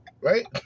Right